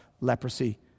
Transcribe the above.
leprosy